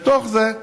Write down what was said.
בתוך כל זה,